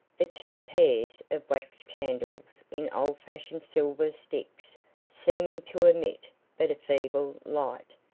the two pairs of wax candles in old-fashioned silver sticks seeming to emit but a feeble light,